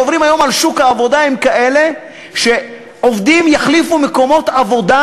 שעוברים היום על שוק העבודה הם כאלה שעובדים יחליפו מקומות עבודה,